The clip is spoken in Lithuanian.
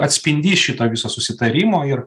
atspindys šito viso susitarimo ir